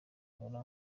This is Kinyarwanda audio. nkura